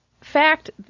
fact